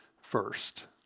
first